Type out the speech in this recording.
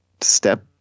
step